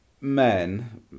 men